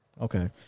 Okay